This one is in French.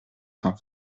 cent